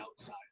outside